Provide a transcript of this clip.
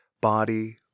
body